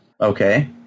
Okay